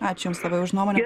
ačiū jums labai už nuomonę